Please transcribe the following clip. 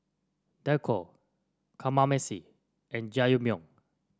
Dako Kamameshi and Jajangmyeon